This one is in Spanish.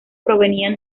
provenían